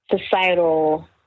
societal